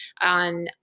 on